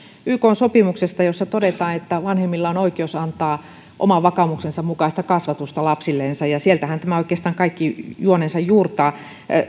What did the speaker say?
ykn sopimuksesta jossa todetaan että vanhemmilla on oikeus antaa oman vakaumuksensa mukaista kasvatusta lapsillensa ja sieltähän tämä oikeastaan kaikki juonensa juurtaa